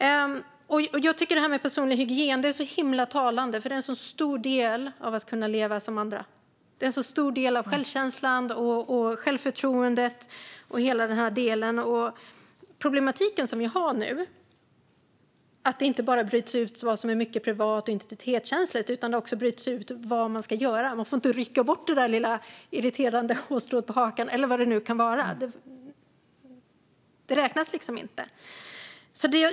Det här med personlig hygien är talande. Det är en stor del i att kunna leva som andra. Det är en stor del av självkänslan, självförtroendet och hela den delen. Problematiken nu handlar inte bara om att mycket bryts ut som privat och integritetskänsligt utan också om att vad man ska göra bryts ut. Man får inte rycka bort det där lilla irriterande hårstrået på hakan eller vad det nu kan vara. Det räknas inte.